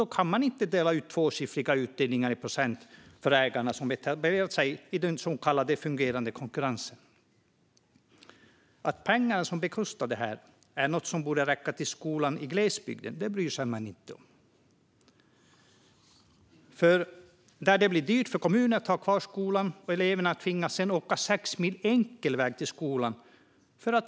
Då kan man inte dela ut tvåsiffriga utdelningar i procent åt ägarna som har etablerat sig i den så kallade fungerande konkurrensen. Att pengarna som bekostar det här borde räcka till skolan i glesbygden bryr man sig inte om. Där det blir för dyrt för kommunen att ha kvar skolan tvingas eleverna att åka sex mil enkel väg till skolan.